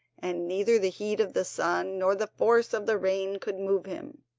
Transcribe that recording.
and neither the heat of the sun nor the force of the rain could move him.